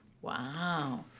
Wow